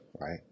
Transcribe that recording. right